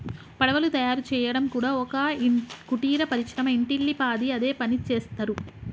పడవలు తయారు చేయడం కూడా ఒక కుటీర పరిశ్రమ ఇంటిల్లి పాది అదే పనిచేస్తరు